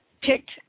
picked